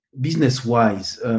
business-wise